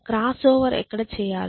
crossover ఎక్కడ చేయాలి